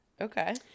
Okay